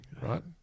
right